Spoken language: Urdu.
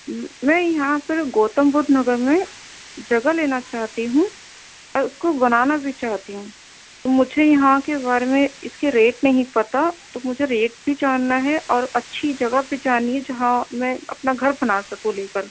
میں یہاں پر گوتم بدھ نگر میں جگہ لینا چاہتی ہوں اور اُس کو بنانا بھی چاہتی ہوں مجھے یہاں کے بارے میں اِس کے ریٹ نہیں پتہ تو مجھے ریٹ بھی جاننا ہے اور اچھی جگہ بھی جاننی ہے جہاں میں اپنا گھر بنا سکوں لے کر